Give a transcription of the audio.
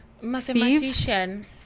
mathematician